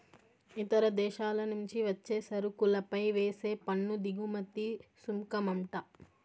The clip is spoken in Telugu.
ఇతర దేశాల నుంచి వచ్చే సరుకులపై వేసే పన్ను దిగుమతి సుంకమంట